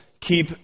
keep